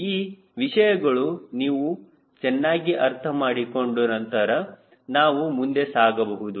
ಈ ವಿಷಯಗಳು ನೀವು ಚೆನ್ನಾಗಿ ಅರ್ಥ ಮಾಡಿಕೊಂಡ ನಂತರ ನಾವು ಮುಂದೆ ಸಾಗಬಹುದು